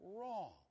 wrong